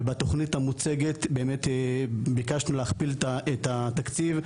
ובתוכנית המוצגת באמת ביקשנו להכפיל את התקציב,